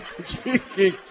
Speaking